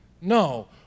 No